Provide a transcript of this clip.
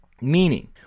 Meaning